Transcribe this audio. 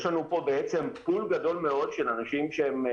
יש לנו פה "פול" גדול מאוד של אנשים מובטלים,